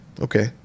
okay